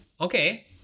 Okay